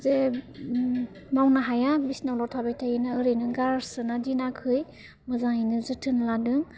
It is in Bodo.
जे मावनो हाया बिसिनायावल' थाबाय थायोना ओरैनो गारसोना दोनाखै मोजाङैनो जोथोन लादों